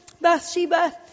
Bathsheba